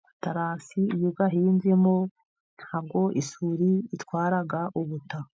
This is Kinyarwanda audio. Amaterasi, iyo uyahinzemo, ntabwo isuri itwara ubutaka.